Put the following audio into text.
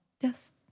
Yes